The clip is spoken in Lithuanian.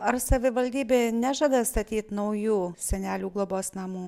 ar savivaldybė nežada statyt naujų senelių globos namų